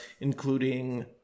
including